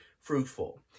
fruitful